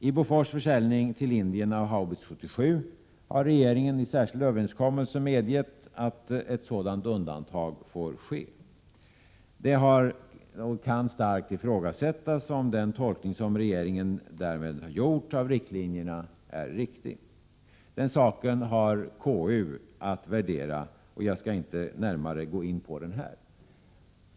I Bofors försäljning till Indien av haubits 77 har regeringen i särskild överenskommelse medgett att ett sådant undantag får ske. Det kan starkt ifrågasättas om den tolkning som regeringen därmed gjort av riktlinjerna är riktig. Den saken har KU att värdera, och jag skall inte här närmare gå in på den.